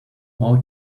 all